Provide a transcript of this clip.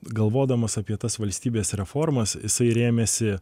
galvodamas apie tas valstybės reformas jisai rėmėsi